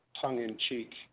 tongue-in-cheek